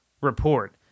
report